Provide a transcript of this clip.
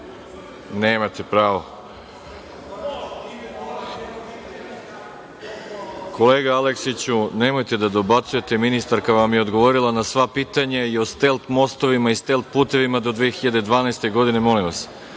jedno pitanje.)Kolega Aleksiću, nemojte da dobacujete. Ministarka vam je odgovorila na sva pitanja, i o stelt mostovima, i o stelt putevima do 2012. godine. Reč ima